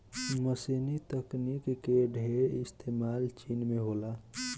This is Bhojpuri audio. मशीनी तकनीक के ढेर इस्तेमाल चीन में होला